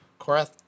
Korath